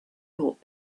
thought